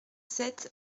sept